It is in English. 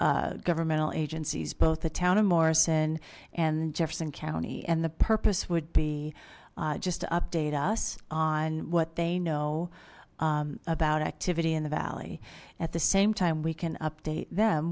governmental agencies both the town of morrison and jefferson county and the purpose would be just to update us on what they know about activity in the valley at the same time we can update them